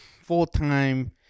Full-time